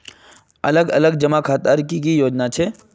अलग अलग जमा खातार की की योजना छे?